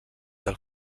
del